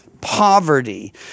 poverty